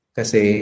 Kasi